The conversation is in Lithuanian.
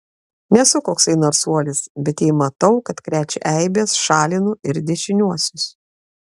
nesu koksai narsuolis bet jei matau kad krečia eibes šalinu ir dešiniuosius